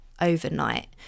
overnight